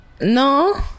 No